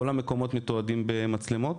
כל המקומות מתועדים במצלמות?